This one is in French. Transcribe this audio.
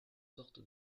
sortes